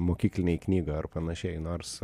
mokyklinėj knygoj ar panašiai nors